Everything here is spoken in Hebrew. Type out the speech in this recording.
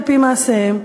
על-פי מעשיהם,